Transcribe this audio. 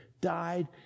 died